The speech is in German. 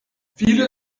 viele